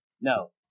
No